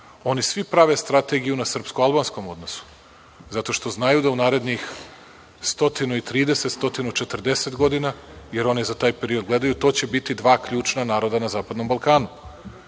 oni svi prave strategiju srpsko-albanskom odnosu zato što znaju da u narednih 130-140 godina, jer oni za taj period gledaju, to će biti dva ključna naroda na zapadnom Balkanu. Mi